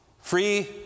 free